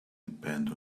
depend